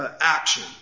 action